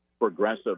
progressive